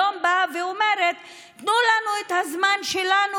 היום באה ואומרת: תנו לנו את הזמן שלנו